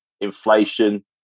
inflation